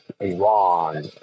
Iran